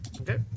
Okay